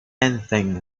anything